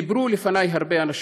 דיברו לפני הרבה אנשים,